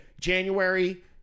January